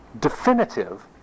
definitive